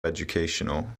educational